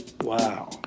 Wow